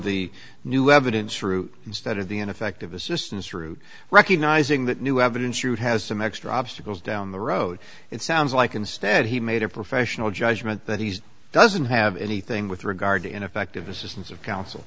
the new evidence route instead of the ineffective assistance route recognizing that new evidence route has some extra obstacles down the road it sounds like instead he made a professional judgment that he doesn't have anything with regard to ineffective assistance of coun